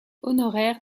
honoraire